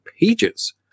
pages